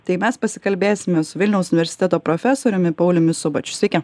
tai mes pasikalbėsime su vilniaus universiteto profesoriumi pauliumi subačiu sveiki